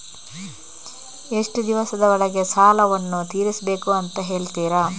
ಎಷ್ಟು ದಿವಸದ ಒಳಗೆ ಸಾಲವನ್ನು ತೀರಿಸ್ಬೇಕು ಅಂತ ಹೇಳ್ತಿರಾ?